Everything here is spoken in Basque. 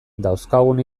dauzkagun